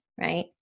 right